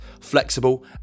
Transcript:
flexible